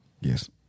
Yes